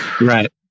Right